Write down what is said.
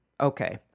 Okay